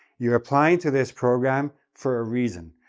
you're applying to this program for a reason.